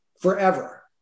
forever